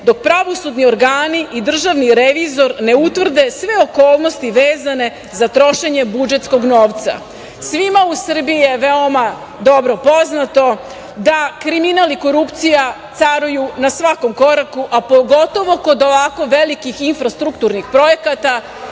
dok pravosudni organi i državni revizor ne utvrde sve okolnosti vezane za trošenje budžetskog novca. Svima u Srbiji je veoma dobro poznato da kriminal i korupcija caruju na svakom koraku, a pogotovo kod ovako velikih infrastrukturnih projekata,